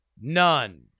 none